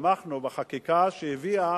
ותמכנו בחקיקה שהביאה